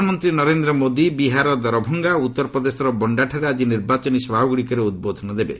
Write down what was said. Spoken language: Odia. ପ୍ରଧାନମନ୍ତ୍ରୀ ନରେନ୍ଦ୍ର ମୋଦି ବିହାରର ଦରଭଙ୍ଗା ଓ ଉତ୍ତର ପ୍ରଦେଶର ବଣ୍ଡାଠାରେ ଆଜି ନିର୍ବାଚନୀ ସଭାଗୁଡ଼ିକରେ ଉଦ୍ବୋଧନ ଦେବେ